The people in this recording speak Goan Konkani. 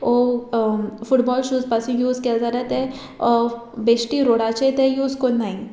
वो फुटबॉल शूज पासून यूज केलें जाल्यार ते बेश्टी रोडाचे ते यूज कोन्नाय